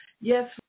Yes